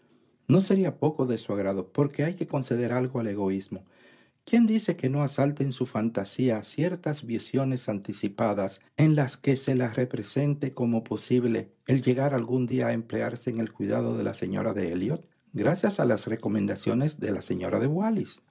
no sería poco de su agrado porque hay que conceder algo al egoísmo quién dice que no asalten su fantasía ciertas visiones anticipadas en las que se la represente como posible el llegar algún día a emplearse en el cuidado de la señora de elliot gracias a las recomendaciones de la señora de